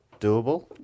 doable